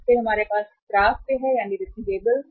फिर हमारे पास प्राप्य हैं